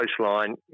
coastline